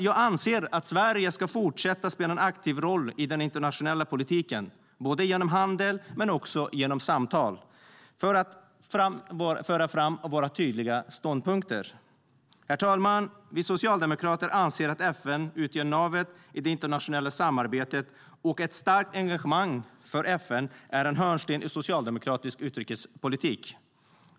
Jag anser att Sverige ska fortsätta att spela en aktiv roll i den internationella politiken både genom handel och genom att föra fram våra tydliga ståndpunkter i samtal. Herr talman! Vi socialdemokrater anser att FN utgör navet i det internationella samarbetet, och ett starkt engagemang för FN är en hörnsten i socialdemokratisk utrikespolitik.